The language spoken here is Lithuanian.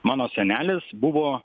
mano senelis buvo